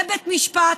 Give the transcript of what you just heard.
זה בית משפט?